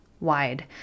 wide